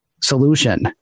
Solution